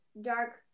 dark